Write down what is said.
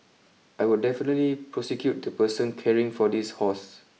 I would definitely prosecute the person caring for this horse